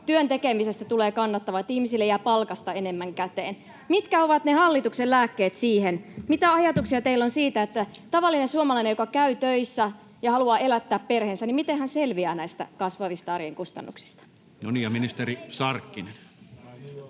työn tekemisestä tulee kannattavaa, että ihmisille jää palkasta enemmän käteen. Mitkä ovat hallituksen lääkkeet siihen? Mitä ajatuksia teillä on siitä, miten tavallinen suomalainen, joka käy töissä ja haluaa elättää perheensä, selviää näistä kasvavista arjen kustannuksista? [Speech 28] Speaker: Toinen